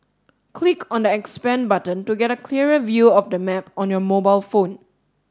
click on the expand button to get a clearer view of the map on your mobile phone